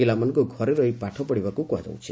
ପିଲାମାନଙ୍ଙ୍କୁ ଘରେ ରହି ପାଠ ପଢ଼ିବାକୁ କୁହାଯାଇଛି